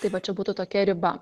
tai va čia būtų tokia riba